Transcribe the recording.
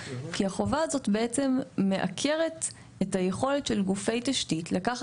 כי החובה הזאת בעצם מעקרת את החובה של חברות התשתית לקחת